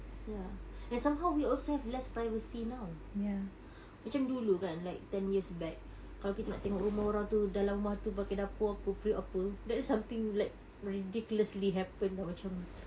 ya and somehow we also have less privacy now macam dulu kan like ten years back kalau kita nak tengok rumah orang tu dalam rumah tu pakai dapur apa periuk apa that is something like ridiculously happened [tau] macam